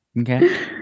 okay